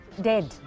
Dead